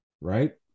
right